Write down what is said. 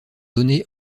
donnés